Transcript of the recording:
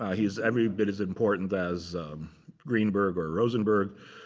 ah he is every bit as important as greenberg or rosenburg,